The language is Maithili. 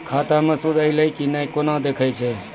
खाता मे सूद एलय की ने कोना देखय छै?